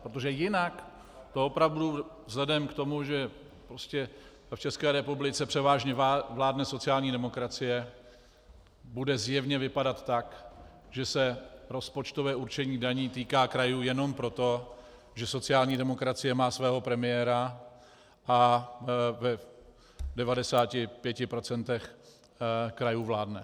Protože jinak to opravdu vzhledem k tomu, že v České republice převážně vládne sociální demokracie, bude zjevně vypadat tak, že se rozpočtové určení daní týká krajů jenom proto, že sociální demokracie má svého premiéra a v 95 % krajů vládne.